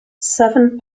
seven